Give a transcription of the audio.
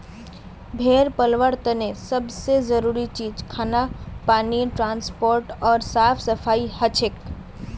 भेड़ पलवार तने सब से जरूरी चीज खाना पानी ट्रांसपोर्ट ओर साफ सफाई हछेक